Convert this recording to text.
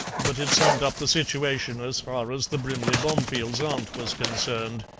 but it summed up the situation as far as the brimley bomefields' aunt was concerned.